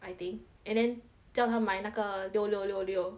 I think and then 叫他买那个六六六六